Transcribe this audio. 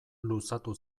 luzatu